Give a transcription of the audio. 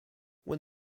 when